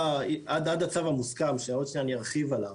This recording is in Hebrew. עד הצו המוסכם שעוד שנייה אני ארחיב עליו,